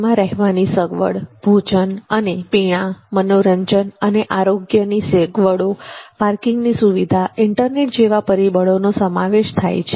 તેમાં રહેવાની સગવડ ભોજન અને પીણાં મનોરંજન અને આરોગ્યની સગવડો પાર્કિંગની સુવિધા ઇન્ટરનેટ જેવા પરિબળોનો સમાવેશ થાય છે